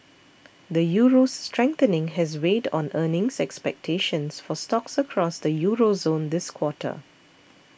the Euro's strengthening has weighed on earnings expectations for stocks across the Euro zone this quarter